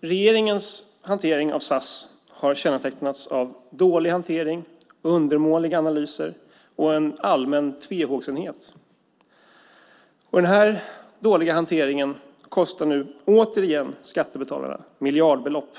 Regeringens hantering av SAS har kännetecknats av dålig hantering, undermåliga analyser och en allmän tvehågsenhet. Den här dåliga hanteringen kostar nu återigen skattebetalarna miljardbelopp.